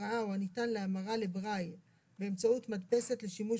הקראה או הניתן להמרה לברייל באמצעות מדפסת לשימוש